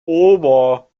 ober